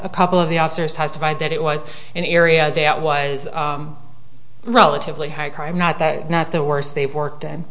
a couple of the officers testified that it was an area that was relatively high crime not that not the worst they've worked and